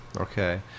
Okay